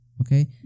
okay